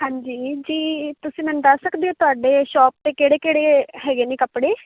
ਹਾਂਜੀ ਜੀ ਤੁਸੀਂ ਮੈਨੂੰ ਦੱਸ ਸਕਦੇ ਹੋ ਤੁਹਾਡੇ ਸ਼ੋਪ 'ਤੇ ਕਿਹੜੇ ਕਿਹੜੇ ਹੈਗੇ ਨੇ ਕੱਪੜੇ